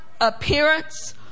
appearance